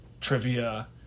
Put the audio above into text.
trivia